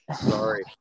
Sorry